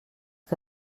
que